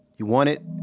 you want it?